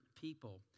people